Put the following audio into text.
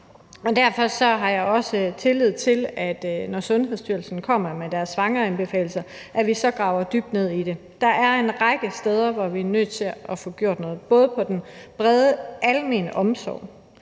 derfor har jeg også tillid til, at vi, når Sundhedsstyrelsen kommer med deres anbefalinger på svangreområdet, så graver dybt ned i det. Der er en række steder, hvor vi er nødt til at få gjort noget, både hvad angår den brede, almene omsorg